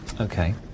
Okay